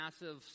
massive